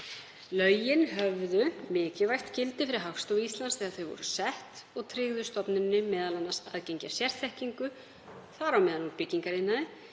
Lögin höfðu mikilvægt gildi fyrir Hagstofu Íslands þegar þau voru sett og tryggðu stofnuninni m.a. aðgengi að sérþekkingu, þar á meðal úr byggingariðnaði,